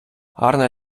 гарна